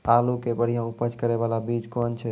आलू के बढ़िया उपज करे बाला बीज कौन छ?